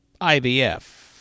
IVF